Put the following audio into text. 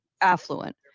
affluent